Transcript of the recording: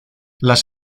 las